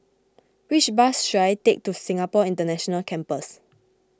which bus should I take to Singapore International Campus